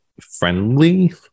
friendly